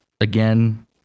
again